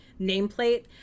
nameplate